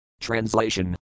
Translation